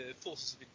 forces